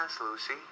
Lucy